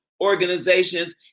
organizations